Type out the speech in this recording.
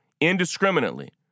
indiscriminately